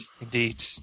Indeed